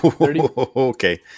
Okay